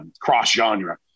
cross-genre